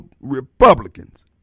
Republicans